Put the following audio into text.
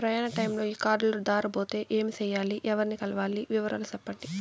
ప్రయాణ టైములో ఈ కార్డులు దారబోతే ఏమి సెయ్యాలి? ఎవర్ని కలవాలి? వివరాలు సెప్పండి?